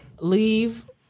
leave